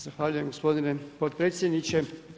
Zahvaljujem gospodine potpredsjedniče.